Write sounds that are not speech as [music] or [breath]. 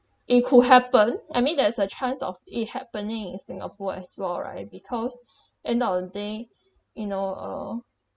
it could happen I mean there's a chance of it happening in singapore as well right because [breath] end of the day you know uh